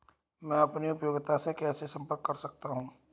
मैं अपनी उपयोगिता से कैसे संपर्क कर सकता हूँ?